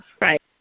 Right